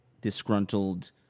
disgruntled